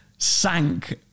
sank